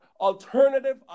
alternative